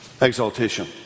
exaltation